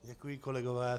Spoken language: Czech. Děkuji, kolegové.